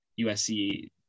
USC